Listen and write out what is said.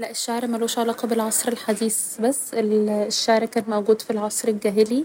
لا الشعر مالوش علاقة بالعصر الحديث بس ال الشعر كان موجود في العصر الجاهلي و